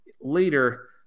later